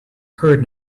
heard